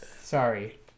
Sorry